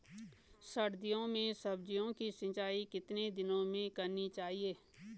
सर्दियों में सब्जियों की सिंचाई कितने दिनों में करनी चाहिए?